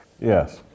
Yes